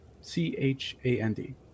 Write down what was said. C-H-A-N-D